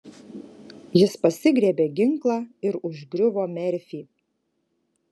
jis pasigriebė ginklą ir užgriuvo merfį